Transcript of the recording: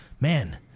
man